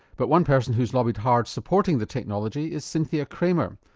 but one person who's lobbied hard supporting the technology is cynthia kramer,